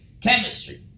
chemistry